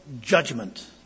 judgment